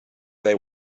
they